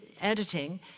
editing